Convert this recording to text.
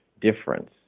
difference